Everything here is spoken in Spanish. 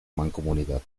mancomunidad